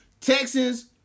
Texans